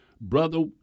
Brother